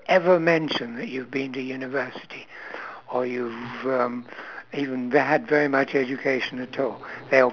ever mentioned that you've been to university or if you've um even had very much education at all they'll